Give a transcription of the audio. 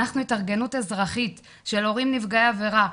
אנחנו התארגנות אזרחית של הורים נפגעי עבירה,